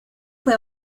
fue